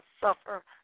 suffer